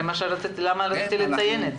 זו העובדה שציינתי את זה,